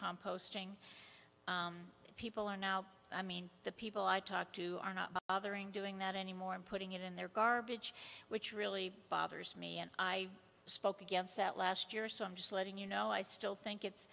composting people are now i mean the people i talk to are not doing that anymore and putting it in their garbage which really bothers me and i spoke against that last year so i'm just letting you know i still think it's